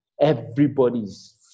everybody's